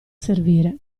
servire